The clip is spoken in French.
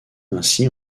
ainsi